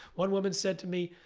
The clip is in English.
one woman said to me,